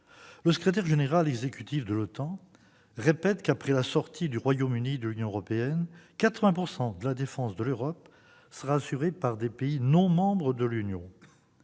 Son secrétaire général répète que, après la sortie du Royaume-Uni de l'Union européenne, 80 % de la défense de l'Europe sera assurée par des pays non membres de l'Union.